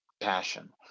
passion